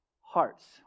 hearts